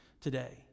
today